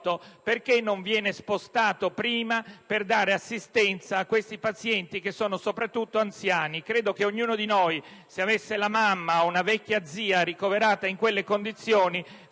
che esso venga spostato prima, per dare assistenza a pazienti soprattutto anziani. Credo che ognuno di noi, se avesse la madre o una vecchia zia ricoverata in quelle condizioni,